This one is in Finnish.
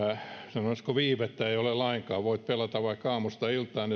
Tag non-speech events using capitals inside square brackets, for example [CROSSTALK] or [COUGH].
sanoisiko viivettä ei ole lainkaan voit pelata vaikka aamusta iltaan [UNINTELLIGIBLE]